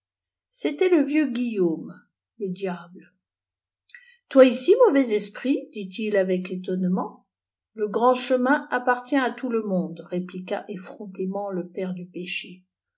gétait le vieux guillaume le diable toi ici mauvais esprit dit-il avec étonnement le grand chemin appartient à tout le monde répliqua efifrontément le père du pécbé